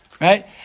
right